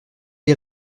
les